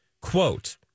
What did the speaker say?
quote